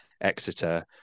Exeter